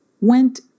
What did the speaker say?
went